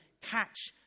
catch